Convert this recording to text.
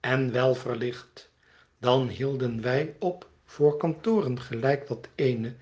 en wel verlicht dan hielden wij op voor kantoren gelijk dat eene